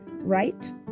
right